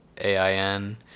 A-I-N